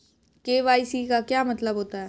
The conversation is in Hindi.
के.वाई.सी का क्या मतलब होता है?